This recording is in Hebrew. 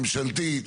ממשלתית,